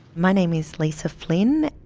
my name is lisa flynn,